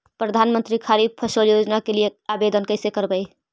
प्रधानमंत्री खारिफ फ़सल योजना के लिए आवेदन कैसे करबइ?